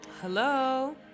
Hello